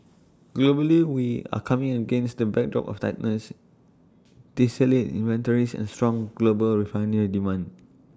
globally we are coming against the backdrop of tightness distillate inventories and strong global refinery demand